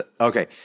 Okay